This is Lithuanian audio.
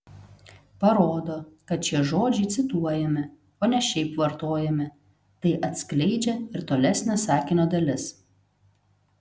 parodo kad šie žodžiai cituojami o ne šiaip vartojami tai atskleidžia ir tolesnė sakinio dalis